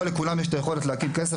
לא לכולם יש את היכולת להקים כסף,